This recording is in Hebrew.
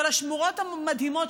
של השמורות המדהימות,